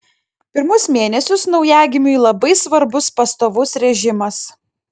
pirmus mėnesius naujagimiui labai svarbus pastovus režimas